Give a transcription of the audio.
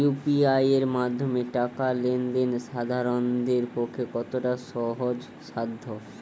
UPI এর মাধ্যমে টাকা লেন দেন সাধারনদের পক্ষে কতটা সহজসাধ্য?